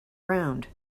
round